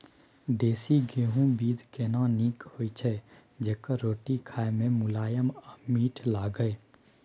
देसी गेहूँ बीज केना नीक होय छै जेकर रोटी खाय मे मुलायम आ मीठ लागय?